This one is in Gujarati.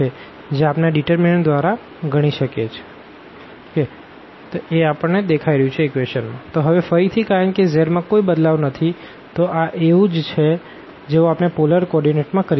J∂x∂r ∂x∂ϕ ∂x∂z ∂y∂r ∂y∂ϕ ∂y∂z ∂z∂r ∂z∂ϕ ∂z∂z cos rsin 0 sin rcos 0 0 0 1 r તો હવે ફરીથી કારણ કે z માં કોઈ બદલાવ નથી તો આ એવું જ છે જેવું આપણે પોલર કોઓર્ડીનેટ માં કરીએ છે